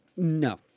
No